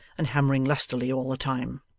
and hammering lustily all the time.